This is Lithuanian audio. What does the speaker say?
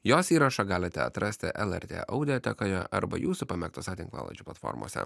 jos įrašą galite atrasti lrt audiotekoje arba jūsų pamėgtose tinklalaidžių platformose